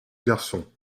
garçon